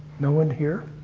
no one here?